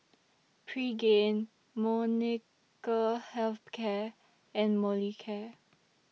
Pregain Molnylcke Health Care and Molicare